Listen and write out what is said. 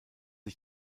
ich